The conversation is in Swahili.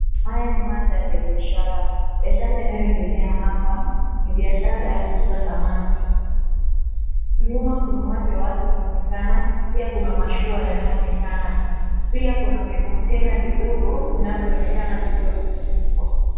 Haya ni mandhari ya biashara. Biashara inayoendelea hapa ni biashara ya kuuza samaki. Nyuma kuna umati wa watu unaoonekana, pia kuna mashua yanayoonekana. Pia kuna vikontena vidogo vinavyoonekana vikiwa vimefungwa.